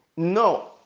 no